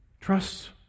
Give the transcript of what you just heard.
Trust